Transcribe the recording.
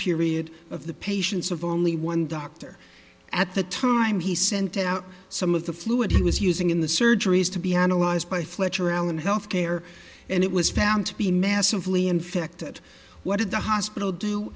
period of the patients of only one doctor at the time he sent out some of the fluid he was using in the surgeries to be analyzed by fletcher allen health care and it was found to be massively infected what did the hospital do